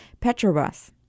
Petrobras